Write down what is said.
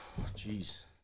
Jeez